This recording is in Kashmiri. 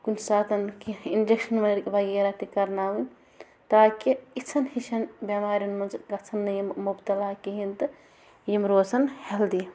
کُنہِ ساتَن کیٚنہہ اِنٛگجَکشَن وَ وغیرہ تہِ کَرناوٕنۍ تاکہِ یِژھَن ہِشَن بٮ۪مارٮ۪ن منٛز گَژھَن نہٕ یِم مُبتلا کِہیٖنۍ تہٕ یِم روزَن ہٮ۪لدی